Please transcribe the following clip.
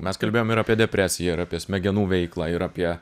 mes kalbėjom ir apie depresiją ir apie smegenų veiklą ir apie